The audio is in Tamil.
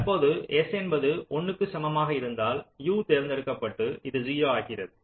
தற்பொழுது S என்பது 1 க்கு சமமாக இருந்தால் u தேர்ந்தெடுக்கப்பட்டு இது 0 ஆகிறது